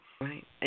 right